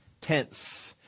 tense